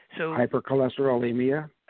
Hypercholesterolemia